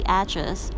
address